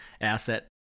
asset